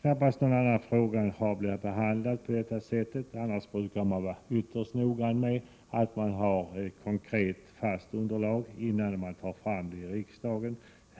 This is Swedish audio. Knappast någon annan fråga har blivit behandlad på detta sätt. Annars brukar man vara ytterst noggrann med att se till att det finns ett konkret, fast underlag innan man lägger fram frågor i riksdagen.